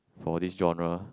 for this general